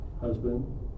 Husband